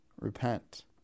repent